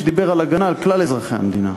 שדיבר על הגנה על כלל אזרחי המדינה.